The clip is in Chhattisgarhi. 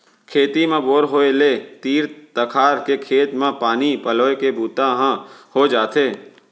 खेत म बोर होय ले तीर तखार के खेत म पानी पलोए के बूता ह हो जाथे